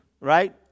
right